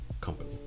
company